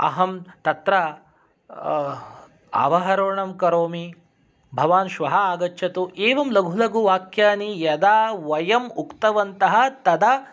अहं तत्र आवरोहणं करोमि भवान् श्वः आगच्छतु एवं लघुलघुवाक्यानि यदा वयं उक्तवन्तः तदा